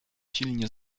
silnie